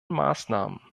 maßnahmen